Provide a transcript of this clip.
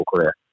career